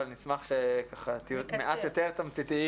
אבל אני אשמח שתהיו מעט יותר תמציתיים.